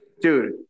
Dude